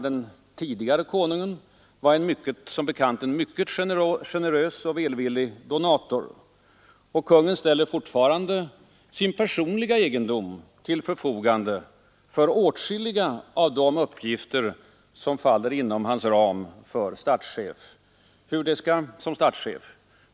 Den tidigare konungen var som bekant en mycket generös och välvillig donator. Och kungen ställer fortfarande sin personliga egendom till förfogande för åtskilliga av de uppgifter som faller inom ramen för hans roll som statschef.